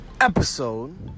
episode